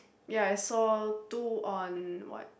ya I saw two on what